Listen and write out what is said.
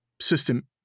system